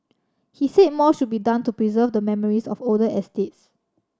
he said more should be done to preserve the memories of older estates